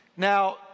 Now